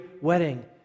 wedding